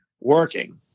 working